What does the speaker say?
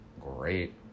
great